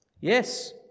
Yes